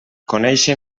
conéixer